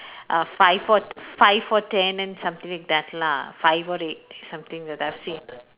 uh five fo~ five for ten and something like that lah five for eight something that I've seen